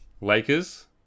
Lakers